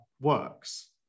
works